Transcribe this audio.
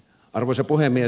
arvoisa puhemies